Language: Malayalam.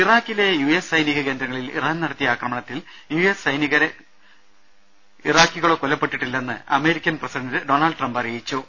ഇറാക്കിലെ യു എസ് സൈനിക കേന്ദ്രങ്ങളിൽ ഇറാൻ നടത്തിയ ആക്രമണത്തിൽ യു എസ് സൈനികരോ ഇറാഖികളോ കൊല്ലപ്പെട്ടിട്ടില്ലെന്ന് അമേരിക്കൻ പ്രസിഡന്റ് ഡൊണാൾഡ് ട്രംപ് അറിയിച്ചു